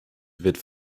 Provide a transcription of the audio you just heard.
wird